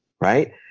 Right